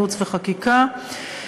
ייעוץ וחקיקה,